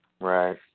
Right